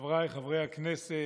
חבריי חברי הכנסת,